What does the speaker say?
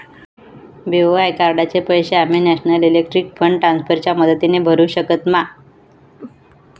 BOI कार्डाचे पैसे आम्ही नेशनल इलेक्ट्रॉनिक फंड ट्रान्स्फर च्या मदतीने भरुक शकतू मा?